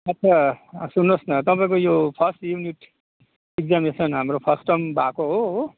अच्छा सुन्नुहोस् न तपाईँको यो फर्स्ट युनिट एक्जामिनेसन हाम्रो फर्स्ट टर्म भएको हो हो